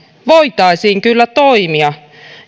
voitaisiin kyllä toimia